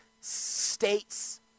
states